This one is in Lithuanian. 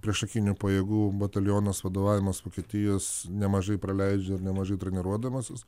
priešakinių pajėgų batalionas vadovaujamas vokietijos nemažai praleidžia ir nemažai treniruodamasis